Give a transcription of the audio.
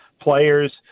players